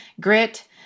grit